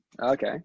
okay